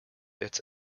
its